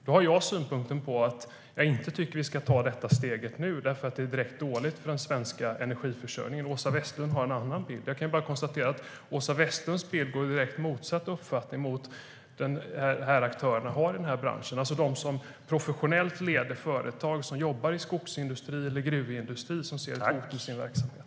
Jag har synpunkten att jag inte tycker att vi ska ta detta steg nu, för det är direkt dåligt för den svenska energiförsörjningen. Åsa Westlund har en annan bild. Jag kan bara konstatera att Åsa Westlunds uppfattning är direkt motsatt den uppfattning som aktörerna i branschen har. Det är alltså de som professionellt leder företag och som jobbar i skogsindustri eller gruvindustri som ser ett hot mot sin verksamhet.